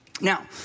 Now